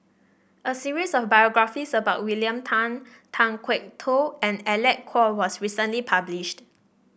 a series of biographies about William Tan Tan Kwok Toh and Alec Kuok was recently published